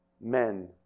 Men